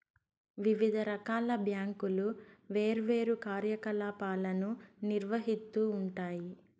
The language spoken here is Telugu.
వివిధ రకాల బ్యాంకులు వేర్వేరు కార్యకలాపాలను నిర్వహిత్తూ ఉంటాయి